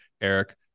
Eric